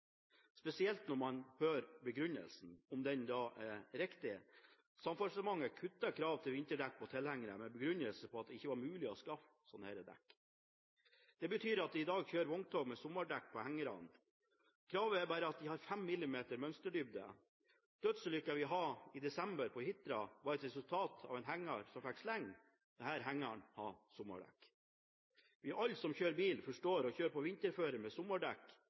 spesielt når man hører begrunnelsen – om den da er riktig. Samferdselsdepartementet kuttet krav til vinterdekk på tilhengere med begrunnelse i at det ikke var mulig å skaffe slike dekk, og det betyr at det i dag kjører vogntog med sommerdekk på hengerne. Kravet er bare at dekkene skal ha fem millimeter mønsterdybde. Dødsulykken som vi hadde på Hitra i desember, var et resultat av at en henger fikk sleng, og denne hengeren hadde sommerdekk. Alle vi som kjører bil, forstår at det å kjøre på vinterføre med sommerdekk